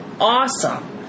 awesome